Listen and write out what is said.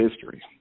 history